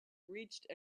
reached